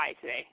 today